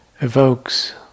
evokes